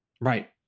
Right